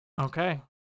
okay